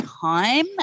time